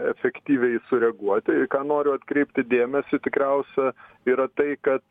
efektyviai sureaguoti į ką noriu atkreipti dėmesį tikriausia yra tai kad